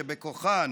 שבכוחן,